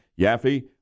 Yaffe